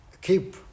Keep